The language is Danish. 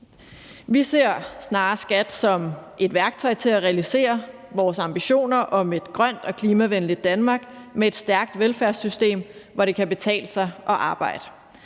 Vi ser snarere skat som et værktøj til at realisere vores ambitioner om et grønt og klimavenligt Danmark med et stærkt velfærdssystem, hvor det kan betale sig at arbejde.